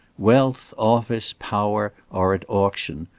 wealth, office, power are at auction.